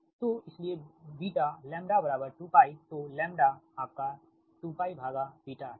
तो इसलिएλ 2π तो λ 2π ठीक